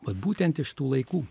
vat būtent iš tų laikų